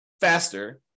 faster